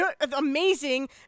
amazing